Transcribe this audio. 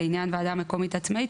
לעניין ועדה מקומית עצמאית,